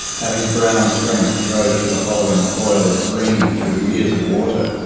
how his brown strength drove through the hollow and coil of green through weirs of water.